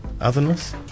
Otherness